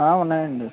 ఉన్నాయండి